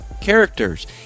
characters